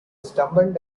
stumbled